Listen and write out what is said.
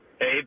hey